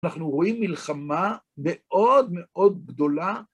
אנחנו רואים מלחמה מאוד מאוד גדולה.